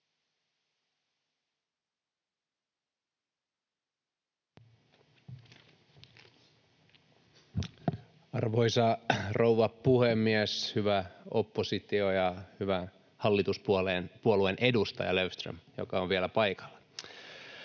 Arvoisa rouva puhemies! Hyvä oppositio ja hyvä hallituspuoleen edustaja Löfström, joka on vielä paikalla!